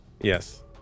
yes